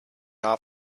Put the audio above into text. not